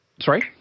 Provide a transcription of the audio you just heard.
Sorry